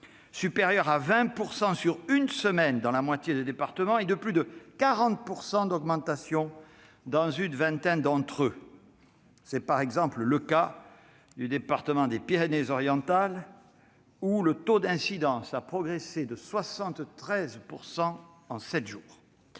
supérieure à 20 % sur une semaine dans la moitié des départements et de plus de 40 % dans une vingtaine d'entre eux- c'est par exemple le cas du département des Pyrénées-Orientales, où le taux d'incidence a progressé de 73 % en sept jours.